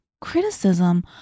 criticism